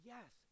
Yes